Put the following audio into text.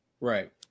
Right